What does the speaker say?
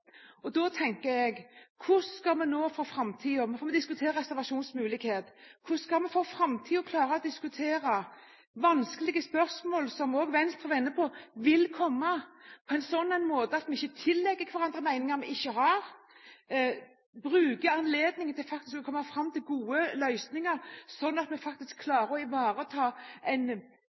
Da tenker jeg: Vi diskuterer nå reservasjonsmulighet. Hvordan skal vi for framtiden klare å diskutere vanskelige spørsmål som vil komme, som også Venstre var inne på, på en slik måte at vi ikke tillegger hverandre meninger vi ikke har, men bruker anledningen til faktisk å komme fram til gode løsninger, slik at vi klarer å ivareta en